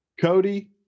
Cody